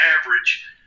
average